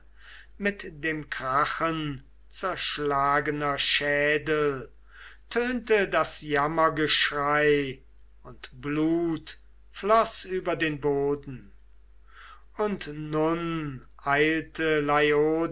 mit dem krachen zerschlagener schädel tönte das jammergeschrei und blut floß über den boden und nun eilte